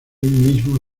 mismo